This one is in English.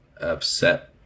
upset